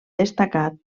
destacat